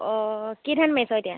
অঁ কি ধান মাৰিছ এতিয়া